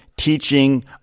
teaching